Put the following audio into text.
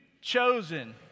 chosen